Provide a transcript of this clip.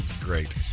great